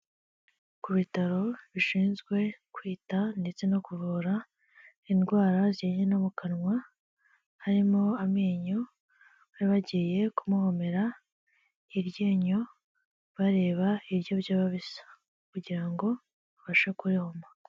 Ku bitaro bishinzwe kwita ndetse no kuvura indwara zijyanye no mu kanwa harimo amenyo abagiye kumuhobera hiryinyo bareba hiryo byaba bisa kugira ngo babashe kuri homa.